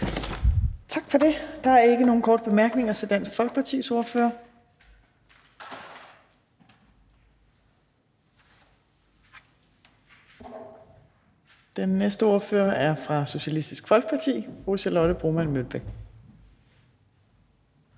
Tak for det. Der er ikke nogen korte bemærkninger til Dansk Folkepartis ordfører. Den næste ordfører er fra Socialistisk Folkeparti. Fru Charlotte Broman Mølbæk.